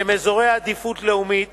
שהם אזורי עדיפות לאומית